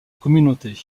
communauté